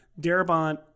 Darabont